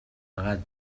gat